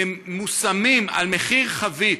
מושמים על מחיר חבית,